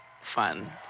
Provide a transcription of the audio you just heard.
fun